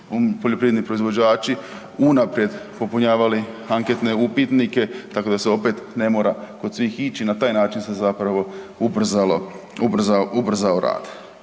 poljoprivredni proizvođači unaprijed popunjavali anketne upitnike, tako da se opet ne mora kod svih ići na taj način se zapravo ubrzalo,